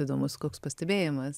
įdomus koks pastebėjimas